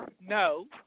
no